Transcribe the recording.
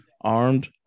armed